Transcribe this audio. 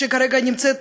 שכרגע נמצאת,